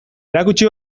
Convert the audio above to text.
erakutsi